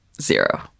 zero